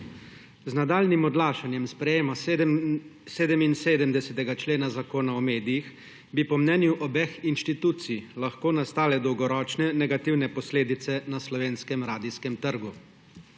Z nadaljnjim odlašanjem sprejema 77. člena Zakona o medijih bi po mnenju obeh inštitucij lahko nastale dolgoročne negativne posledice na slovenskem radijskem trgu.